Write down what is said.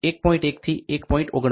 1 થી 1